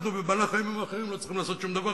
בימים אחרים אנחנו לא צריכים לעשות שום דבר,